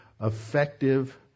effective